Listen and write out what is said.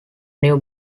new